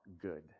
good